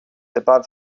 above